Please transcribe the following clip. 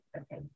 Okay